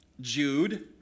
Jude